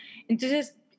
Entonces